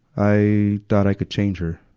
i thought i could change her.